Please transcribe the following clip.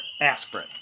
aspirin